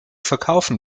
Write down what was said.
verkaufen